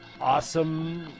awesome